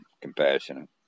compassionate